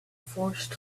forced